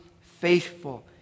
faithful